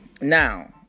now